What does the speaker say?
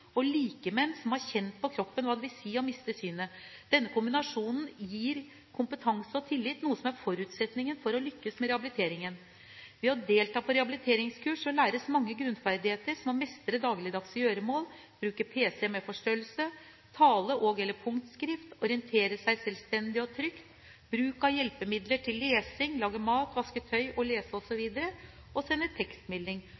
og av likemenn som har kjent på kroppen hva det vil si å miste synet. Denne kombinasjonen gir kompetanse og tillit, noe som er forutsetningen for å lykkes med rehabiliteringen. Ved å delta på rehabiliteringskurs læres mange grunnferdigheter, som å mestre dagligdagse gjøremål, bruke pc med forstørrelse, tale og/eller punktskrift, orientere seg selvstendig og trygt, bruk av hjelpemidler til lesing, lage mat, vaske tøy, lese og sende tekstmeldinger osv., og